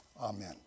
Amen